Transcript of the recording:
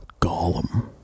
Gollum